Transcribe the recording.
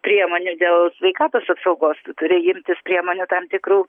priemonių dėl sveikatos apsaugos tu turi imtis priemonių tam tikrų